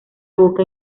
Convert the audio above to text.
boca